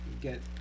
get